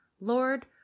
Lord